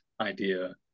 idea